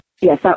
Yes